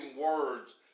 words